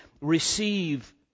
receive